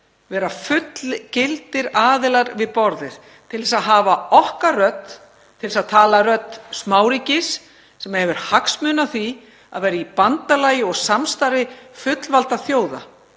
vera fullgildir aðilar við borðið til að hafa okkar rödd, til að tala rödd smáríkis sem hefur hagsmuni af því að vera í bandalagi og samstarfi fullvalda þjóða.